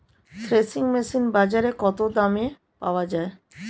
Threshing machine বাজারে কত দামে পাওয়া যায়?